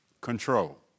control